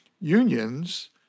unions